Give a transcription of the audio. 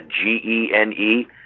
G-E-N-E